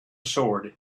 sword